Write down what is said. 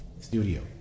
studio